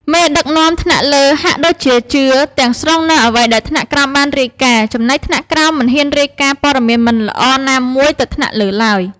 មេដឹកនាំថ្នាក់លើហាក់ដូចជាជឿ ទាំងស្រុងនូវអ្វីដែលថ្នាក់ក្រោមបានរាយការណ៍ ចំណែកថ្នាក់ក្រោមមិនហ៊ានរាយការណ៍ព័ត៌មានមិនល្អណាមួយទៅថ្នាក់លើឡើយ។